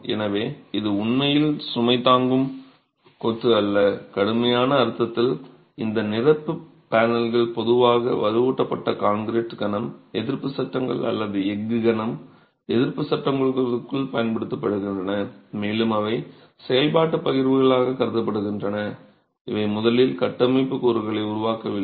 எனவே இது உண்மையில் சுமை தாங்கும் கொத்து அல்ல கடுமையான அர்த்தத்தில் இந்த நிரப்பு பேனல்கள் பொதுவாக வலுவூட்டப்பட்ட கான்கிரீட் கணம் எதிர்ப்பு சட்டங்கள் அல்லது எஃகு கணம் எதிர்ப்பு சட்டங்களுக்குள் பயன்படுத்தப்படுகின்றன மேலும் அவை செயல்பாட்டு பகிர்வுகளாக கருதப்படுகின்றன இவை முதலில் கட்டமைப்பு கூறுகளை உருவாக்கவில்லை